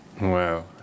Wow